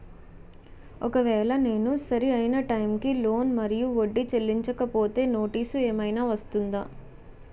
ఒకవేళ నేను సరి అయినా టైం కి లోన్ మరియు వడ్డీ చెల్లించకపోతే నోటీసు ఏమైనా వస్తుందా?